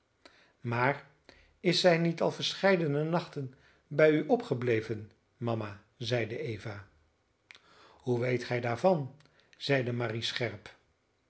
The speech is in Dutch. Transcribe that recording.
maar is zij niet al verscheidene nachten bij u opgebleven mama zeide eva hoe weet gij daarvan zeide marie scherp